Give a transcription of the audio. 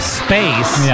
space